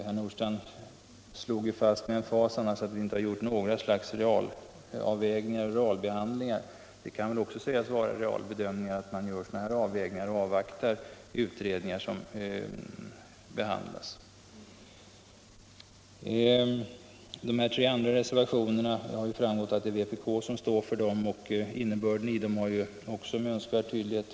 Herr Nordstrandh slog fast med emfas att vi inte har gjort någon realbedömning, men det kan väl sägas vara en realbedömning att avvakta resultatet av pågående utredningar som arbetar med dessa frågor. Det har redan framgått att det är vpk som står för de tre övriga reservationerna. Innehållet i dem har också framgått med all önskvärd tydlighet.